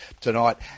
tonight